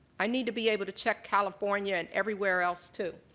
i need to be able to check california and everywhere else too.